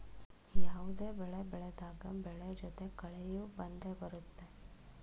ಯಾವುದೇ ಬೆಳೆ ಬೆಳೆದಾಗ ಬೆಳೆ ಜೊತೆ ಕಳೆಯೂ ಬಂದೆ ಬರುತ್ತೆ